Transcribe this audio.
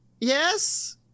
yes